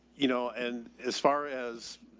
you know, and as far as